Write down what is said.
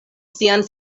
sian